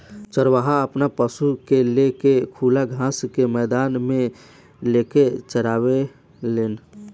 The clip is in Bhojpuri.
चरवाहा आपन पशु के ले के खुला घास के मैदान मे लेके चराने लेन